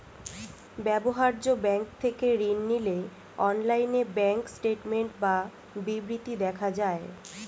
ব্যবহার্য ব্যাঙ্ক থেকে ঋণ নিলে অনলাইনে ব্যাঙ্ক স্টেটমেন্ট বা বিবৃতি দেখা যায়